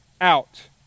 out